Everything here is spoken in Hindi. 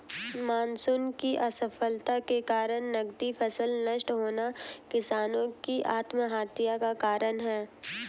मानसून की असफलता के कारण नकदी फसल नष्ट होना किसानो की आत्महत्या का कारण है